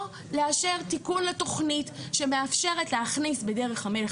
או לאשר תיקון לתוכנית שמאפשרת להכניס בדרך המלך